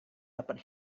dapat